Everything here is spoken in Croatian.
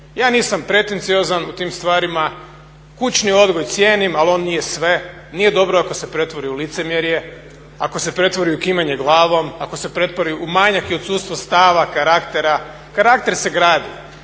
Ja nisam pretenciozan u tim stvarima, kućni odgoj cijenim, ali on nije sve, nije dobro ako se pretvori u licemjerje, ako se pretvori u klimanje glavom, ako se pretvori u manjak i odsustvo stava, karaktera. Karakter se gradi.